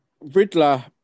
Riddler